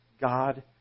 God